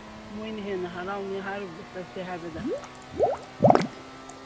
ꯃꯣꯏꯅ ꯍꯦꯟꯅ ꯍꯔꯥꯎꯅꯤ ꯍꯥꯏꯔꯨꯕꯗ ꯆꯠꯁꯦ ꯍꯥꯏꯕꯗ